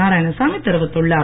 நாராயணசாமி தெரிவித்துள்ளார்